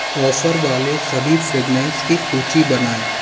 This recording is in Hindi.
ऑफर वाले सभी फ्रेग्नेंस की सूची बनाएँ